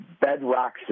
bedrock